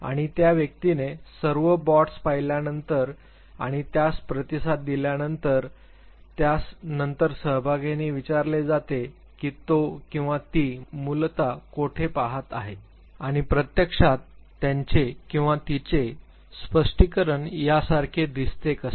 आणि त्या व्यक्तीने सर्व ब्लॉट्स पाहिल्यानंतर आणि त्यास प्रतिसाद दिल्यानंतर त्यास नंतर सहभागीने विचारले जाते की तो किंवा ती मूलतः कोठे पहात आहे आणि प्रत्यक्षात त्याचे किंवा तिचे स्पष्टीकरण यासारखे दिसते कसे दिसते